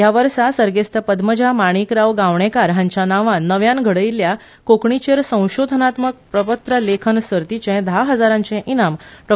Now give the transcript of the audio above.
ह्या वर्सा सर्गेस्त पद्मजा माणिकराव गावणेंकार हांच्या नांवान नव्यान घडयिल्ल्या कोंकणीचेर संशोधनात्मक प्रपत्र लेखन सर्तीचे धा हजारांचे इनाम डॉ